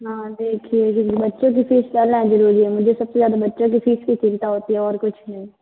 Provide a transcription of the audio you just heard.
हाँ देखिए क्योंकि बच्चों की फीस भरना जरूरी है मुझे सबसे ज्यादा बच्चों की फीस की चिंता होती है और कुछ नहीं